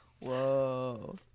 whoa